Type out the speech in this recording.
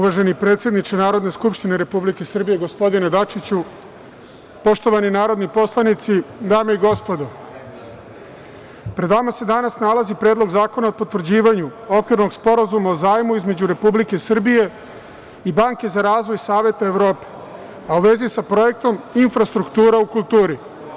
Uvaženi predsedniče Narodne skupštine Republike Srbije, gospodine Dačiću, poštovani narodni poslanici, dame i gospodo, pred nama se danas nalazi Predlog zakona o potvrđivanju Okvirnog sporazuma o zajmu između Republike Srbije i Banke za razvoj Saveta Evrope, a u vezi sa Projektom „Infrastruktura u kulturi“